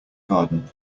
garden